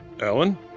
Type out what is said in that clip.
Ellen